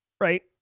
Right